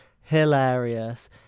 hilarious